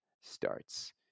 starts